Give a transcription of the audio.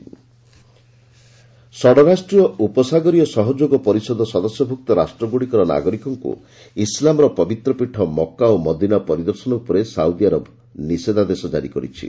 corona virus update ଷଡ଼ରାଷ୍ଟ୍ରୀୟ ଉପସାଗରୀୟ ସହଯୋଗ ପରିଷଦ ସଦସ୍ୟଭୁକ୍ତ ରାଷ୍ଟ୍ରଗୁଡ଼ିକର ନାଗରିକମାନଙ୍କୁ ଇସଲାମର ପବିତ୍ରପୀଠ ମକା ଓ ମଦିନା ପରିଦର୍ଶନ ଉପରେ ସାଉଦି ଆରବ ନିଷେଧାଦେଶ ଜାରି କରିଛି